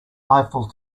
eiffel